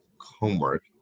homework